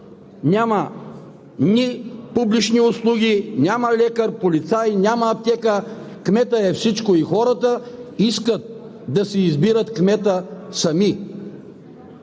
няма публични услуги, няма лекар, полицай, няма аптека – кметът е всичко, и хората искат да си избират кмета сами.